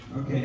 Okay